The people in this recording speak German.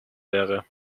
wäre